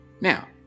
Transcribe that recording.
Now